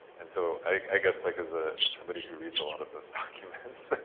and so i guess, like as ah somebody who reads a lot of those documents,